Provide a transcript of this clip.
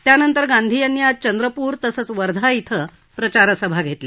त्यांनंतर गांधी आज चंद्रपूर तसंच वर्धा इथं प्रचारसभा घेतल्या